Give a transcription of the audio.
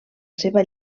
seva